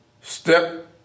step